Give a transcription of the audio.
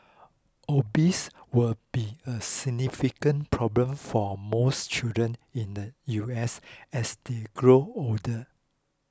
obesity will be a significant problem for most children in the U S as they grow older